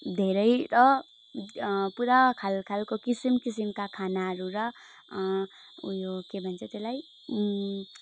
धेरै र पुरा खाल खालको किसिम किसिमका खानाहरू र उयो के भन्छ त्यसलाई